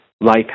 life